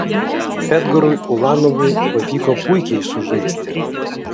edgarui ulanovui pavyko puikiai sužaisti